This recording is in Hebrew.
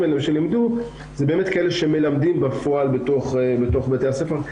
עליהם שהם לימדו הם כאלה שמלמדים בפועל בתוך בתי הספר,